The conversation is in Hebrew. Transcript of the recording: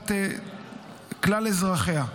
לטובת כלל אזרחיה.